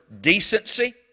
decency